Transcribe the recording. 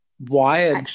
wired